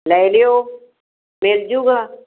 ਲੈ ਲਿਓ ਮਿਲਜੂਗਾ